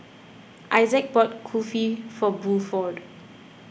Issac bought Kulfi for Bluford